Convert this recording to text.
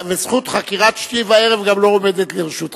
וזכות חקירת שתי וערב גם לא עומדת לרשותך.